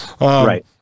Right